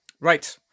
right